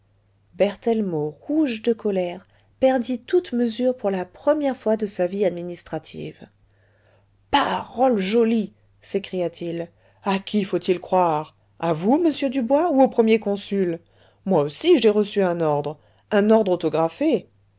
berthellemot rouge de colère perdit toute mesure pour la première fois de sa vie administrative parole jolie s'écria-t-il a qui faut-il croire a vous monsieur dubois ou au premier consul moi aussi j'ai reçu un ordre un ordre autographe